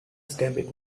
stampede